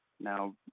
now